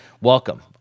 welcome